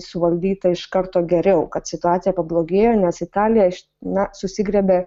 suvaldyta iš karto geriau kad situacija pablogėjo nes italija na susigriebė